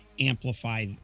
amplify